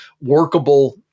workable